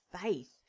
faith